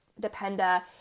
dependa